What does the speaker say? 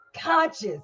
Conscious